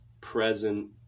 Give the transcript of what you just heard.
present